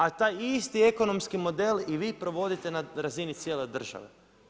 A taj isti ekonomski model i vi provodite na razini cijele države.